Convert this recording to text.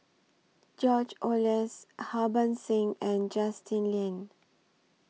George Oehlers Harbans Singh and Justin Lean